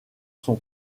son